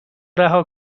رها